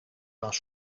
was